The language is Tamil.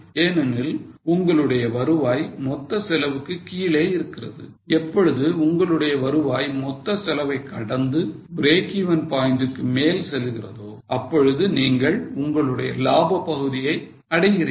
ஏனெனில் உங்களுடைய வருவாய் மொத்த செலவுக்கு கீழே இருக்கிறது எப்பொழுது உங்களுடைய வருவாய் மொத்த செலவை கடந்து breakeven point க்கு மேலே செல்கிறதோ அப்பொழுது நீங்கள் உங்களுடைய லாப பகுதியை அடைகிறீர்கள்